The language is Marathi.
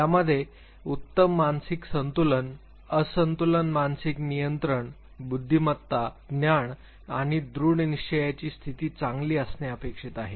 यामध्ये उत्तम मानसिक संतुलित असंतुलन मानसिक नियंत्रण बुद्धिमत्ता ज्ञान आणि दृढनिश्चयाची स्थिती चांगली असणे अपेक्षित आहे